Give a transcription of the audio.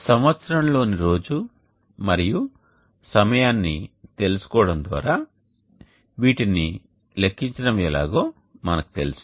సంవత్సరం లోని రోజు మరియు సమయాన్ని తెలుసుకోవడం ద్వారా వీటిని లెక్కించడం ఎలాగో మనకు తెలుసు